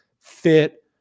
Fit